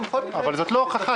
אבל זה לא הוכחה.